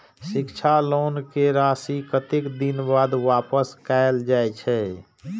शिक्षा लोन के राशी कतेक दिन बाद वापस कायल जाय छै?